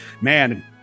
Man